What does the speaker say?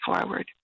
forward